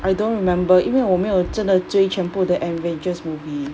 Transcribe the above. I don't remember 因为我没有真的追全部的 avengers movie